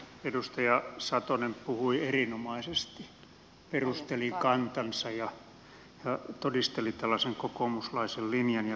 edustaja satonen puhui erinomaisesti perusteli kantansa ja todisteli tällaisen kokoomuslaisen linjan ja kokoomuslaisen ajattelutavan